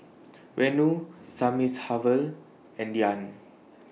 Renu Thamizhavel and Dhyan